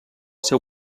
seu